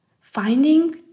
Finding